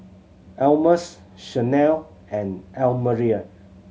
Almus Shanell and Almira